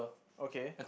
okay